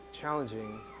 challenging